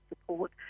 support